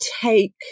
take